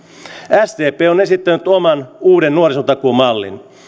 sdp on esittänyt oman uuden nuorisotakuumallin